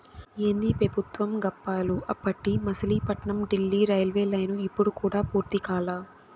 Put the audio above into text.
ఏందీ పెబుత్వం గప్పాలు, అప్పటి మసిలీపట్నం డీల్లీ రైల్వేలైను ఇప్పుడు కూడా పూర్తి కాలా